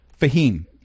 Fahim